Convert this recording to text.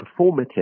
performative